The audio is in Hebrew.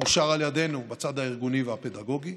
ואושר על ידינו בצד הארגוני והפדגוגי.